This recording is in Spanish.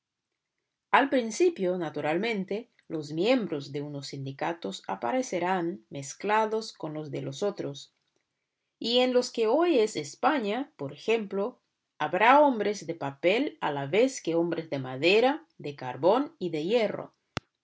al principio naturalmente los miembros de unos sindicatos aparecerán mezclados con los de los otros y en lo que hoy es españa por ejemplo habrá hombres de papel a la vez que hombres de madera de carbón y de hierro